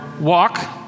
walk